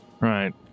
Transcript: Right